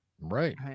Right